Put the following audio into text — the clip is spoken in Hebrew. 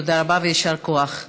תודה רבה ויישר כוח.